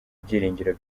ibyiringiro